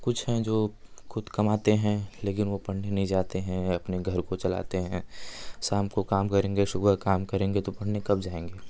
कुछ हैं जो खुद कमाते हैं लेकिन वो पढ़ने नहीं जाते हैं अपने घर को चलाते हैं शाम को काम करेंगे सुबह काम करेंगे तो पढ़ने कब जाएँगे